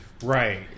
Right